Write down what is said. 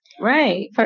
Right